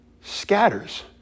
scatters